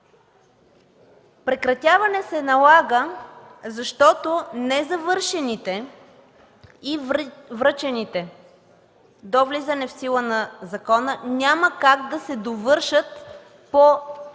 Прекратяване се налага, защото незавършените и връчените до влизането в сила на закона няма как да се довършат по